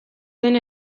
den